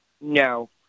No